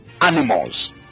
animals